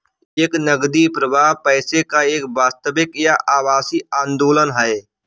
एक नकदी प्रवाह पैसे का एक वास्तविक या आभासी आंदोलन है